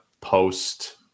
post